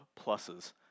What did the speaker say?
pluses